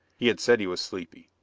he had said he was sleepy,